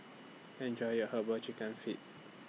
Enjoy your Herbal Chicken Feet